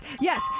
yes